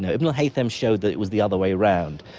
ibn al-haytham showed that it was the other way around.